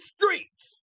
streets